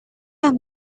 are